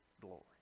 glory